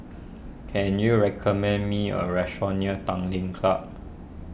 can you recommend me a restaurant near Tanglin Club